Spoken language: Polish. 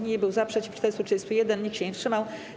Nikt nie był za, przeciw - 431, nikt się nie wstrzymał.